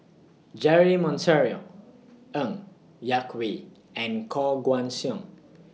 Jeremy Monteiro Ng Yak Whee and Koh Guan Song